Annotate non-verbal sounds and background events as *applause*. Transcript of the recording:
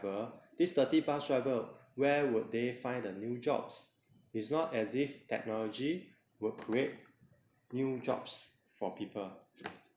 this thirty bus driver where would they find a new jobs it's not as if technology will create new jobs for people *noise*